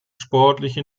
sportliche